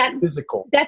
physical